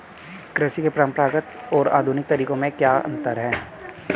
कृषि के परंपरागत और आधुनिक तरीकों में क्या अंतर है?